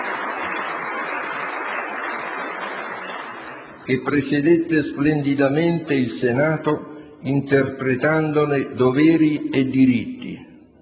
che presiedette splendidamente il Senato, interpretandone doveri e diritti.